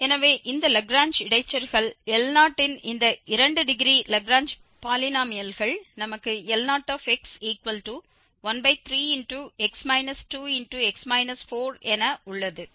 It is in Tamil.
எனவே இந்த லாக்ரேஞ்ச் இடைச்செருகல் L0 ன் இந்த 2 டிகிரி லாக்ரேஞ்ச் பாலினோமியல்கள் நமக்கு L0x13x 2x 4 என உள்ளது